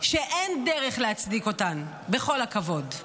שאין דרך להצדיק אותן, בכל הכבוד.